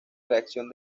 reacción